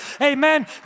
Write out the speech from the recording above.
amen